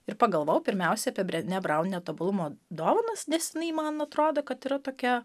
ir pagalvojau pirmiausia apie brenie braun netobulumo dovanos disnėj man atrodo kad yra tokia